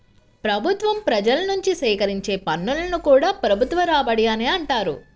ప్రభుత్వం ప్రజల నుంచి సేకరించే పన్నులను కూడా ప్రభుత్వ రాబడి అనే అంటారు